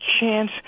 chance